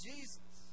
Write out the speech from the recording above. Jesus